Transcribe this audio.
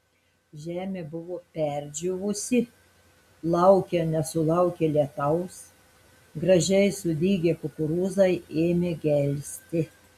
žemė buvo perdžiūvusi laukė nesulaukė lietaus gražiai sudygę kukurūzai ėmė gelsti